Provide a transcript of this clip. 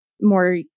more